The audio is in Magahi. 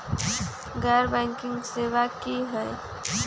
गैर बैंकिंग सेवा की होई?